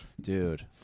Dude